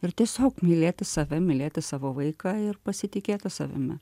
ir tiesiog mylėti save mylėti savo vaiką ir pasitikėti savimi